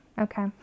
Okay